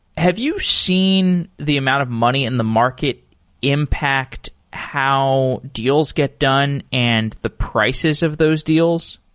have you seen the amount of money in the market impact how deals get done and the prices of those deals?